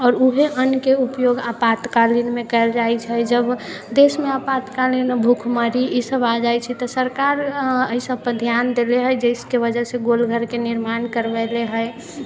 आओर उहे अन्नके उपयोग आपातकालीनमे कैल जाइ छै जब देशमे आपातकालीन भूखमरी ई सब आ जाइ छै तऽ सरकार अय सबपर ध्यान देलै है जिसके वजहसँ गोलघरके निर्माण करबेले है